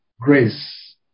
grace